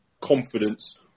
confidence